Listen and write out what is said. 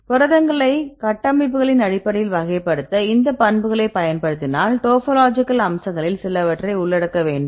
புரதங்களை கட்டமைப்புகளின் அடிப்படையில் வகைப்படுத்த இந்த பண்புகளைப் பயன்படுத்தினால் டோபோலாஜிக்கல் அம்சங்களில் சிலவற்றை உள்ளடக்க வேண்டும்